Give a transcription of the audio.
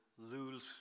Lose